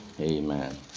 Amen